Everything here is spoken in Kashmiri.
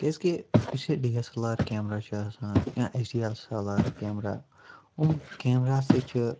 کیٛازِکہِ یُس یہِ D S L R camera چھِ آسان یا H D S L R camera یِم کیمرا ہسا چھِ